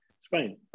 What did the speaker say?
Spain